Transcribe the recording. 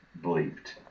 believed